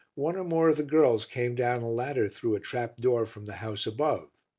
one or more of the girls came down a ladder through a trap-door from the house above.